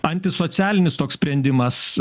antisocialinis toks sprendimas